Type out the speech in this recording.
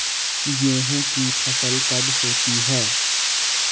गेहूँ की फसल कब होती है?